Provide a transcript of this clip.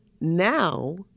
Now